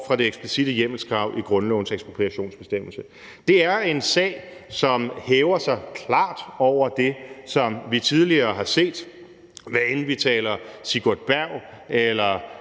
fra det eksplicitte hjemmelskrav i grundlovens ekspropriationsbestemmelse. Det er en sag, som klart hæver sig over det, som vi tidligere har set, og hvad enten vi taler om gamle